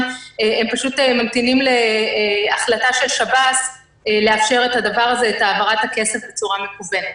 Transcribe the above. הם פשוט ממתינים להחלטת שב"ס לאפשר את העברת הכסף בצורה מקוונת.